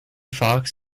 fox